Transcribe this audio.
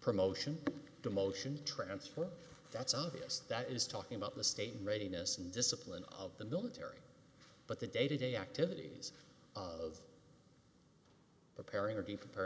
promotion demotion transform that's obvious that is talking about the state readiness and discipline of the military but the day to day activities of preparing to be preparing